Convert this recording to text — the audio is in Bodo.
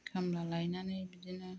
खामला लायनानै बिदिनो